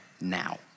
now